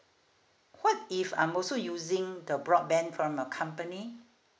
what if I'm also using the broadband from your company